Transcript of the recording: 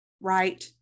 right